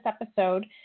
episode